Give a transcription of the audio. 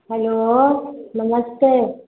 hello Namaste